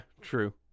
true